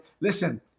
Listen